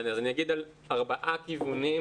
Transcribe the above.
אני אגיד על ארבעה כיוונים.